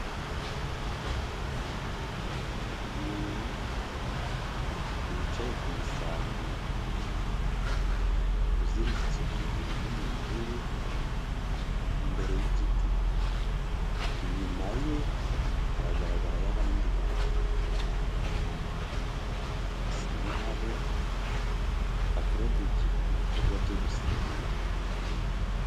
Umuntu wicaye ku musambi uziritse ukuguru n'umunyururu imbere y'igiti, inyuma ye haragaragara yo abandi bantu. bisa nkaho hakorerwa ibikorwa byo gusenga.